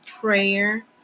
prayer